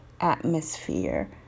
atmosphere